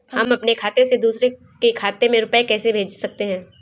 हम अपने खाते से दूसरे के खाते में रुपये कैसे भेज सकते हैं?